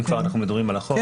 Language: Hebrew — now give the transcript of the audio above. אם כבר אנחנו מדברים על החוק,